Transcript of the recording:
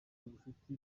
ubushuti